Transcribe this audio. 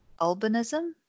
Albinism